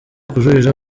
kujuririra